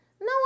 No